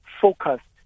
focused